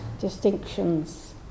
distinctions